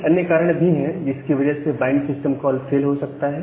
कुछ अन्य कारण भी हैं जिसकी वजह से बाइंड सिस्टम कॉल फेल हो सकता है